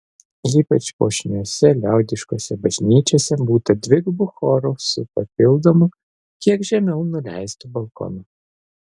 ypač puošniose liaudiškose bažnyčiose būta dvigubų chorų su papildomu kiek žemiau nuleistu balkonu